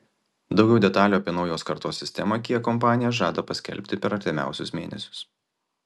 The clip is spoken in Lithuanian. daugiau detalių apie naujos kartos sistemą kia kompanija žada paskelbti per artimiausius mėnesius